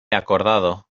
acordado